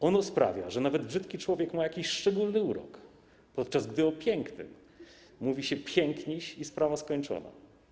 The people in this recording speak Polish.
Ono sprawia, że nawet brzydki człowiek ma jakiś szczególny urok, podczas gdy o pięknym (...) mówi się: piękniś - i sprawa skończona”